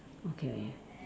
okay